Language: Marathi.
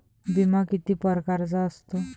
बिमा किती परकारचा असतो?